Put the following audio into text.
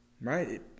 right